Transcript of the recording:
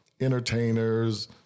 entertainers